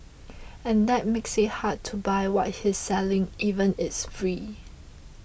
and that makes it hard to buy what he's selling even it's free